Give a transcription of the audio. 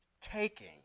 taking